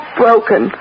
broken